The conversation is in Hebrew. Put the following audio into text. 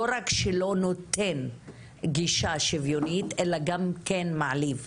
לא רק שלא נותן גישה שוויונית אלא גם מעליב.